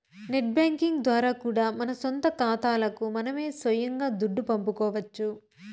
net banking ద్వారా కూడా మన సొంత కాతాలకి మనమే సొయంగా దుడ్డు పంపుకోవచ్చు